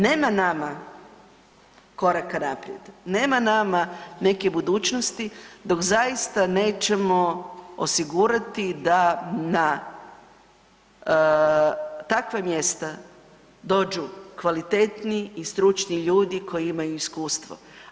Nema nama koraka naprijed, nema nama neke budućnosti dok zaista nećemo osigurati da na takva mjesta dođu kvalitetni i stručni ljudi koji imaju iskustvo.